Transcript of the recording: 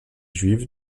juive